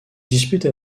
dispute